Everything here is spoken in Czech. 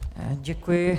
Děkuji.